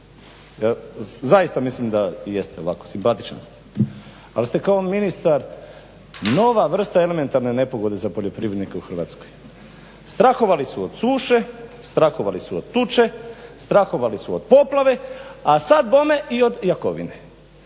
zaista mislim da jeste, ovako simpatičan ste, al ste kako ministar nova vrsta elementarne nepogode za poljoprivrednike u Hrvatskoj. Strahovali su od suše, strahovali su od tuče, strahovali su od poplave a sad bome i od Jakovine.